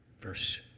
Verse